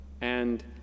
and